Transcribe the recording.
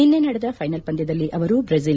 ನಿನ್ನೆ ನಡೆದ ಫೈನಲ್ ಪಂದ್ಲದಲ್ಲಿ ಅವರು ಬ್ರೆಜಿ